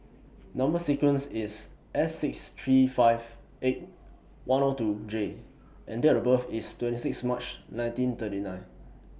Number sequence IS S six three five eight one O two J and Date of birth IS twenty six March nineteen thirty nine